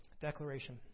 Declaration